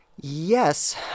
Yes